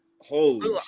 Holy